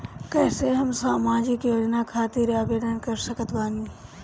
कैसे हम सामाजिक योजना खातिर आवेदन कर सकत बानी?